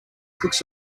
cooks